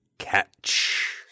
Catch